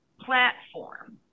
platform